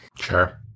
Sure